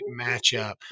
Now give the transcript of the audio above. matchup